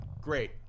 great